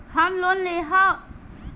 हम लोन लेवल चाहऽ तनि कइसे होई तनि बताई?